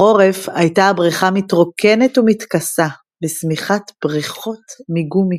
בחרף היתה הברכה מתרוקנת ומתכסה בשמיכת ברכות מגומי.